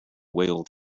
whale